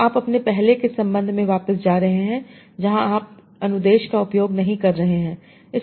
तो आप अपने पहले के संबंध में वापस जा रहे हैं जहां आप अनुदेश का उपयोग नहीं कर रहे हैं